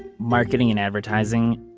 marketing and advertising.